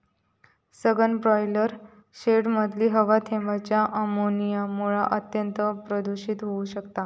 सघन ब्रॉयलर शेडमधली हवा थेंबांच्या अमोनियामुळा अत्यंत प्रदुषित होउ शकता